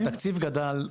התקציב גדל,